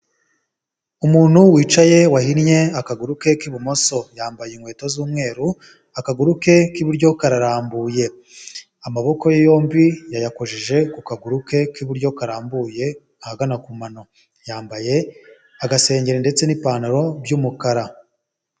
Umuntu wicaye wahinnye akaguru ke k'ibumoso, yambaye inkweto z'umweru, akaguru ke k'iburyo karambuye, amaboko ye yombi yayakojeje ku kaguru ke k'iburyo karambuye ahagana ku mano, yambaye agasengeri ndetse n'ipantaro by'umukara.